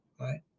right